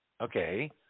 Okay